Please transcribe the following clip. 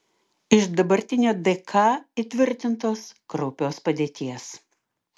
iš dabartinio dk įtvirtintos kraupios padėties